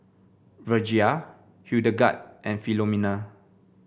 Virgia Hildegard and Filomena